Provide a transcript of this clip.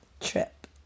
trip